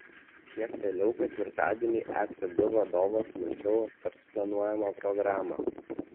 kiek vėliau ketvirtadienį ecb vadovas smulkiau aptars planuojamą programą